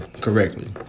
Correctly